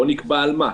בואו נקבע על מה.